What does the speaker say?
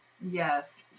Yes